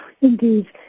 Indeed